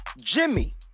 Jimmy